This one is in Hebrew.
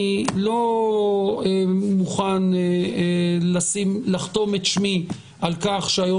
אני לא מוכן לחתום את שמי על-כך שהיום